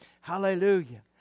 Hallelujah